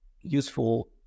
useful